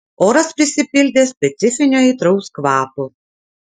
oras prisipildė specifinio aitraus kvapo